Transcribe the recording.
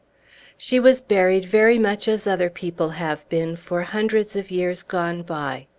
she was buried very much as other people have been for hundreds of years gone by.